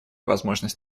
возможность